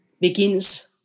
begins